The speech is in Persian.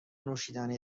نوشیدنی